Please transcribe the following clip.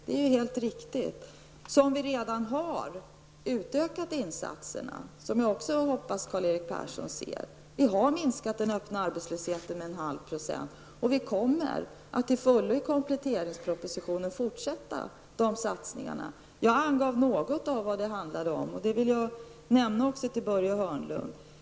Det är därför vi redan har utökat insatserna, vilket jag hoppas att Karl-Erik Persson ser. Vi har minskat den öppna arbetslösheten med en halv procent, och vi kommer i kompletteringspropositionen att till fullo fortsätta de satsningarna. Jag angav något av vad det handlar om, och det vill jag säga också till Börje Hörnlund.